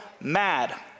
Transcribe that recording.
mad